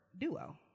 duo